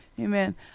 Amen